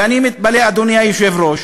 ואני מתפלא, אדוני היושב-ראש,